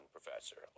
Professor